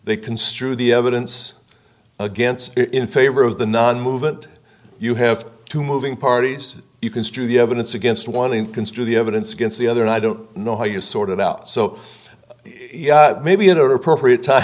they construe the evidence against it in favor of the non movement you have to moving parties you construe the evidence against one in construe the evidence against the other i don't know how you sort it out so maybe an appropriate time